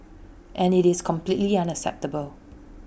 and IT is completely unacceptable